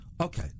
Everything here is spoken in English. Okay